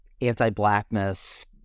anti-blackness